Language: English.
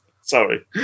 sorry